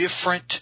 different